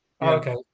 Okay